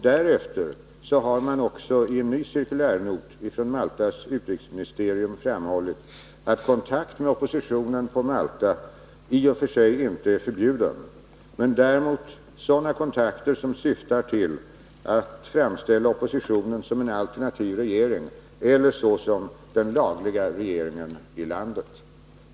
Därefter har man i en ny cirkulärnot från Maltas utrikesministerium framhållit att kontakt med oppositionen på Malta i och för sig inte är förbjuden, men däremot sådana kontakter som syftar till att framställa oppositionen som en alternativ regering eller såsom den lagliga regeringen i landet.